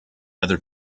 other